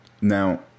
Now